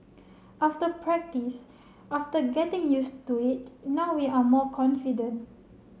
after practice after getting used to it now we are more confident